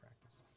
practice